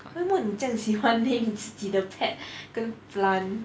为什么你这样喜欢 name 你自己的 pet 跟 plant